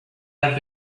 have